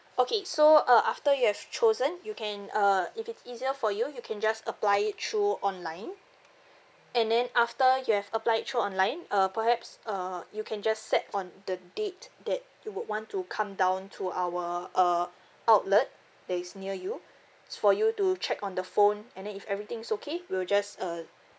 okay so uh after you have chosen you can uh if it's easier for you you can just apply it through online and then after you have applied through online uh perhaps uh you can just set on the date that you would want to come down to our uh outlet that is near you it's for you to check on the phone and then if everything is okay we will just uh